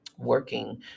Working